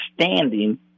standing